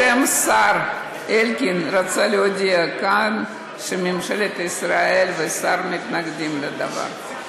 אני בשם השר אלקין רוצה להודיע כאן שממשלת ישראל והשר מתנגדים לדבר.